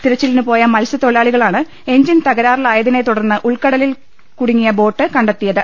തിരച്ചിലിനുപോയ മത്സ്യത്തൊഴിലാളി കളാണ് എഞ്ചിൻ തകരാറിലായതിനെ തുടർന്ന് ഉൾക്കടലിൽ കുടുങ്ങിയ ബോട്ട് കണ്ടെത്തിയത്